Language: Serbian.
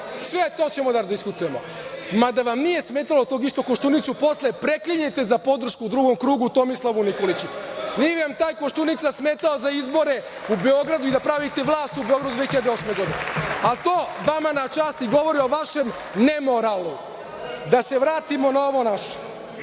Sve to ćemo da diskutujemo, mada vam nije smetalo. Tog istog Koštunicu posle preklinjete za podršku u drugom krugu Tomislavu Nikoliću. Nije vam tada Koštunica smetao za izbore u Beogradu i da pravite vlast u Beogradu 2008. godine, ali to vama na čast i govori o vašem nemoralu. Da se vratimo na ovo naše.